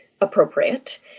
appropriate